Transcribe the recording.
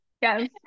Yes